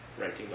writing